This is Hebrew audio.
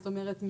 זאת אומרת,